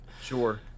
Sure